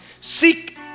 Seek